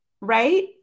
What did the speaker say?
right